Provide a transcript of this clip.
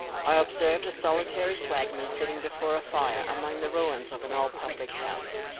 i observed a solitary swagman sitting before a fire, among the ruins of an old public house,